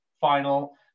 final